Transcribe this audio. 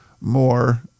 more